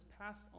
passed